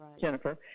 Jennifer